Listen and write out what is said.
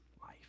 life